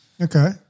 Okay